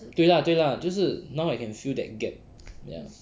对 lah 对 lah 就是 now I can feel that gap ya